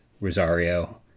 Rosario